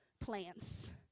plants